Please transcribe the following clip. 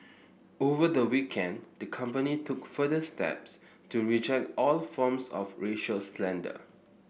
over the weekend the company took further steps to reject all forms of racial slander